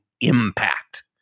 impact